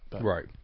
Right